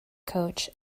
coach